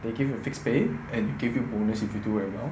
they give you a fixed pay and give your bonus if you do very well